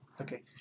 Okay